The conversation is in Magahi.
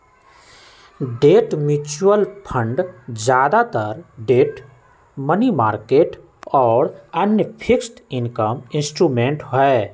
डेट म्यूचुअल फंड ज्यादातर डेट, मनी मार्केट और अन्य फिक्स्ड इनकम इंस्ट्रूमेंट्स हई